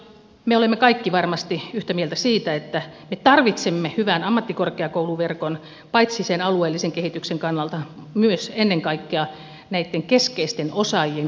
me olemme kaikki varmasti yhtä mieltä siitä että me tarvitsemme hyvän ammattikorkeakouluverkon paitsi sen alueellisen kehityksen kannalta myös ennen kaikkea näitten keskeisten osaajien kouluttajana suomessa